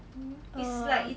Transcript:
mm err